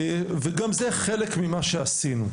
וגם זה חלק ממה שעשינו.